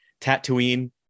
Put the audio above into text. Tatooine